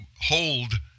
hold